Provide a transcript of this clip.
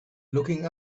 looking